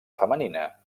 femenina